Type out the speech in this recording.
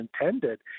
intended